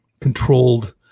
controlled